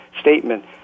statement